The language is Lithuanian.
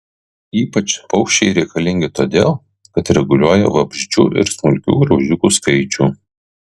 ypač paukščiai reikalingi todėl kad reguliuoja vabzdžių ir smulkių graužikų skaičių